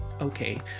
okay